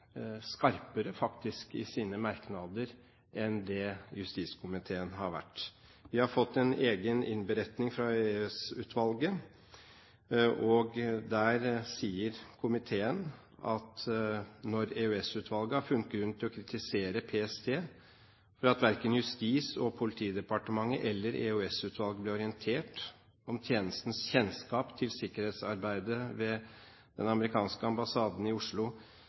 skarpere, faktisk, i sine merknader enn det justiskomiteen har vært. Vi har fått en egen innberetning fra EOS-utvalget, og komiteen sier at «EOS-utvalget har funnet grunn til å kritisere PST for at verken Justis- og politidepartementet eller EOS-utvalget ble orientert om tjenestens kjennskap til sikkerhetsarbeidet ved den amerikanske ambassaden i Oslo.»